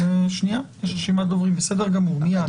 יש רשימת דוברים, מיד.